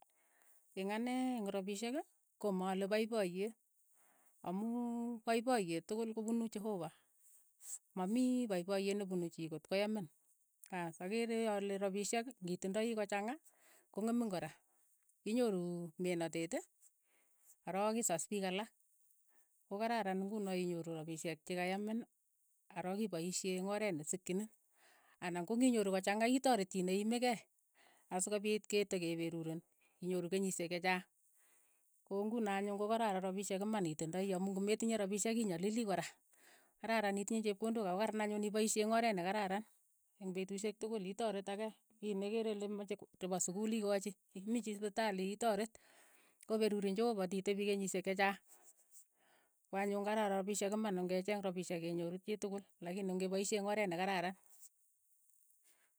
Eng' anee eng' rapishek, ko ma aale poipoyeet amu poipoyeet tukul ko puunu cheopa, mamii poipoyeet ne punu chii kot koyamin, aas, akeere ale rapishek ng'itindoi ko changa ko ng'emin kora, inyoru menateet, orook ii sas piik alak, ko kararan nguno inyoru rapishek che kayamin ko rook ipaishe eng' oreet nesikchini, anan ng'okinyoru ko changa itaret chii neiimi kei asokopiit ke te kepenii keny, inyoru kenyishek che chaang, ko nguno anyun ko kararan rapishek iman itindoi amu ngo' metinye rapishek inyalilii kora, kararan itinye chepkondok ako kararan anyun ipaishe eng' oreet ne kararan eng' petushek tukul, itoret ake chii ne kere ile mache chepo sukul ikochi, mii chii sipitali itoret, ko perurin cheopa titepii kenyishek che chaang, ko anyun kararan rapishek iman, ong'echeeng rapishek ke nyoru chii tukul, lakini ongepaishe eng' oreet ne kararan.